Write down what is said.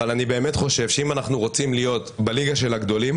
אבל אני באמת חושב שאם אנחנו רוצים להיות בליגה של הגדולים,